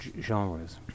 genres